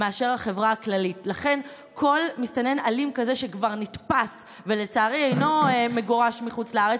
כל מסתנן אלים כזה שכבר נתפס ולצערי אינו מגורש אל מחוץ לארץ,